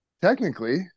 technically